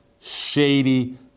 shady